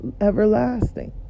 everlasting